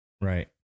Right